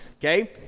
Okay